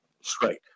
straight